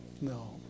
No